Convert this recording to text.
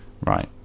Right